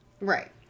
Right